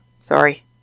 Sorry